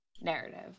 narrative